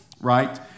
Right